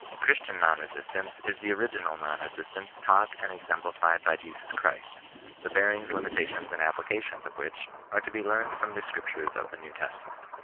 christian non-resistance is the original non-resistance taught and exemplified by jesus christ the bearings, limitations, and applications of which are to be learned from the scriptures of the new testament.